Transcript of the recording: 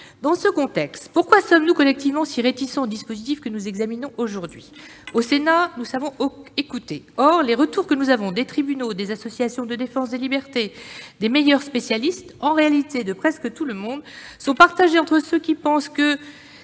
Dans ce contexte, pourquoi sommes-nous collectivement si réticents au dispositif qui nous est soumis ? Au Sénat, nous savons écouter. Or les retours que nous avons des tribunaux, des associations de défense des libertés, des meilleurs spécialistes, bref, de presque tout le monde, sont partagés : il y a ceux qui pensent que